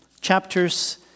chapters